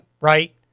right